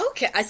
Okay